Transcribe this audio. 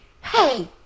hey